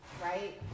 right